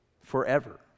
forever